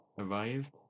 arrived